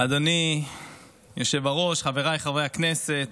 אדוני היושב-ראש, חבריי חברי הכנסת,